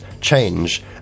change